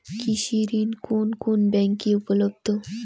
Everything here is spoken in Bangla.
কৃষি ঋণ কোন কোন ব্যাংকে উপলব্ধ?